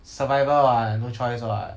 survival what no choice what